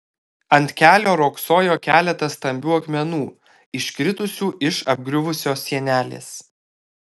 ant kelio riogsojo keletas stambių akmenų iškritusių iš apgriuvusios sienelės